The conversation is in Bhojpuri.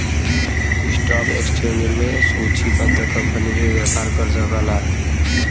स्टॉक एक्सचेंज में सूचीबद्ध कंपनी ही व्यापार कर सकला